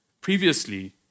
previously